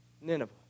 Nineveh